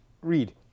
read